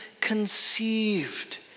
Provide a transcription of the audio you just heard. conceived